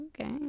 okay